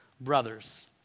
brothers